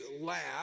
laugh